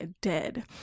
dead